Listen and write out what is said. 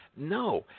No